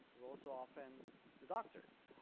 were also often the doctors,